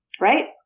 right